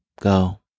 Go